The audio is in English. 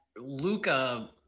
Luca